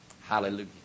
Hallelujah